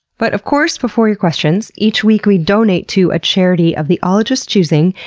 but of course, before your questions, each week we donate to a charity of the ologist's choosing,